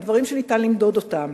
על דברים שניתן למדוד אותם: